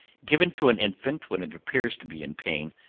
given to an infant when it appears to be in pain,